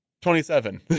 Twenty-seven